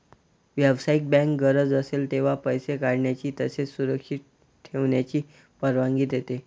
व्यावसायिक बँक गरज असेल तेव्हा पैसे काढण्याची तसेच सुरक्षित ठेवण्याची परवानगी देते